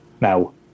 now